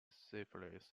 syphilis